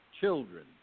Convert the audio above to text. children